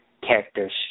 characters